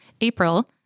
April